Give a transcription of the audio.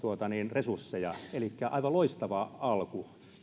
resursseja elikkä aivan loistava alku